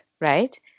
right